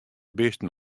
bisten